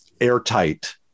airtight